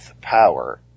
power